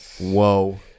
whoa